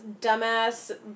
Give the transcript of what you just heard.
dumbass